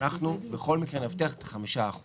אנחנו בכל מקרה נבטיח את ה-5%